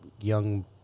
young